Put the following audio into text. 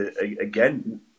again